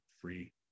free